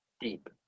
deep